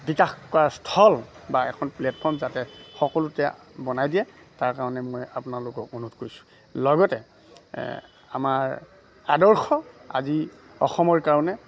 বিকাশ কৰা স্থল বা এখন প্লেটফৰ্ম যাতে সকলোতে বনাই দিয়ে তাৰ কাৰণে মই আপোনালোকক অনুৰোধ কৰিছোঁ লগতে আমাৰ আদৰ্শ আজি অসমৰ কাৰণে